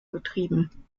getrieben